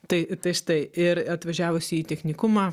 tai tai štai ir atvažiavusi į technikumą